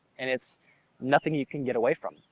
and it's nothing you can get away from.